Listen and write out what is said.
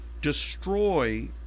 destroy